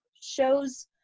shows